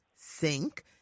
sink